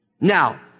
Now